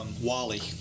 Wally